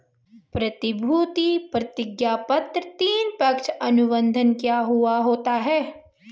प्रतिभूति प्रतिज्ञापत्र तीन, पक्ष अनुबंध किया हुवा होता है